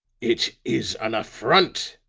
it is an affront,